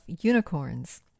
Unicorns